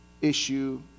issue